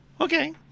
Okay